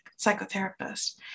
psychotherapist